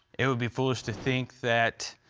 it would be foolish to think that.